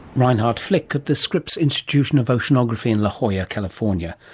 reinhard flick at the scripps institution of oceanography in la jolla, california.